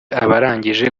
abarangije